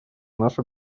наше